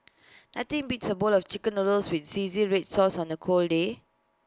nothing beats A bowl of Chicken Noodles with Zingy Red Sauce on A cold day